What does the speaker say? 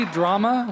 drama